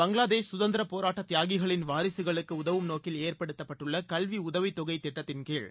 பங்களாதேஷ் சுதந்திரப் போராட்ட தியாகிகளின் வாரிசுகளுக்கு உதவும் நோக்கில் ஏற்படுத்தப்பட்டுள்ள கல்வி உதவித் தொகை திட்டத்தின்கீழ்